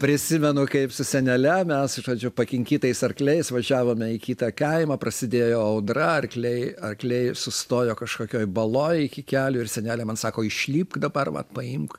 prisimenu kaip su senele mes iš pradžių pakinkytais arkliais važiavome į kitą kaimą prasidėjo audra arkliai arkliai sustojo kažkokioj baloj iki kelių ir senelė man sako išlipk dabar vat paimk